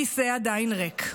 הכיסא עדיין ריק.